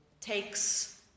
takes